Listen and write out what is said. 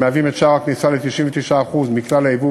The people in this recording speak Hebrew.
המהווים את שער הכניסה ל-99% מכלל היבוא